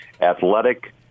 athletic